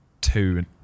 two